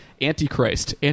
Antichrist